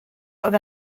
oedd